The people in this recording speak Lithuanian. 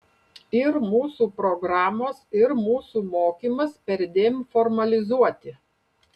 ir mūsų programos ir mūsų mokymas perdėm formalizuoti